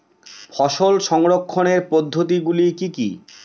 ফসল সংরক্ষণের পদ্ধতিগুলি কি কি?